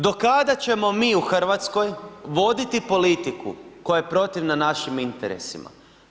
Do kada ćemo mi u Hrvatskoj voditi politiku koja je protivna našim interesima?